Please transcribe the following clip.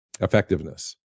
effectiveness